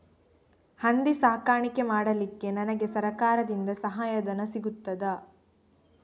ಹಂದಿ ಸಾಕಾಣಿಕೆ ಮಾಡಲಿಕ್ಕೆ ನನಗೆ ಸರಕಾರದಿಂದ ಸಹಾಯಧನ ಸಿಗುತ್ತದಾ?